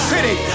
City